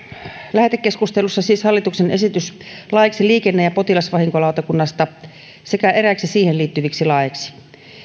lähetekeskustelussa on siis hallituksen esitys laiksi liikenne ja potilasvahinkolautakunnasta sekä eräiksi siihen liittyviksi laeiksi